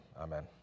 amen